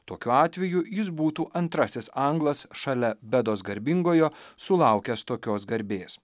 tokiu atveju jis būtų antrasis anglas šalia bedos garbingojo sulaukęs tokios garbės